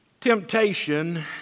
temptation